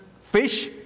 fish